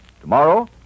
Tomorrow